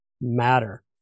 matter